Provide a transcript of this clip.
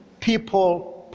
people